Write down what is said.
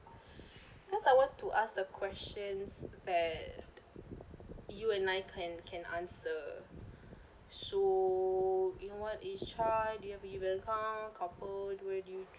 cause I want to ask a questions that you and I can can answer so in what is charged do you have a e-account couple where do you